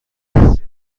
است